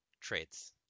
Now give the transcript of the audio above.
traits